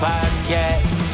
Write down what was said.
Podcast